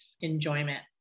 enjoyment